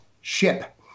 Ship